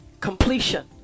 completion